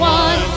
one